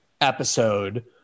episode